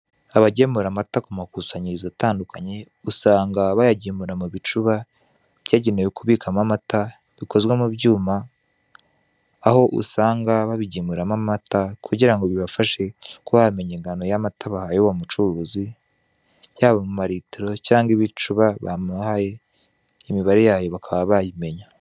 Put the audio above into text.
Abagemura amata ku makusanyirizo atandukanye usanga bayagemura mu bicuba cyagenewe kubikamo amata bikozwe mu byuma, aho usanga babigemuramo amata kugira ngo bibafashe kumenya ingano y'amata bahaye uwo mucuruzi, byaba mu malitiro cyangwa ibicuba bamuhaye imibare yayo bakaba bayimenya.